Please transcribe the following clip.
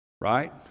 Right